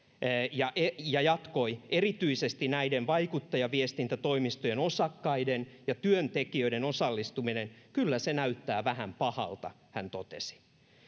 ja ja jatkoi erityisesti näiden vaikuttajaviestintätoimistojen osakkaiden ja työntekijöiden osallistuminen kyllä se näyttää vähän pahalta näin hän totesi